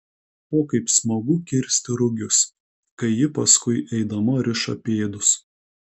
o kaip smagu kirsti rugius kai ji paskui eidama riša pėdus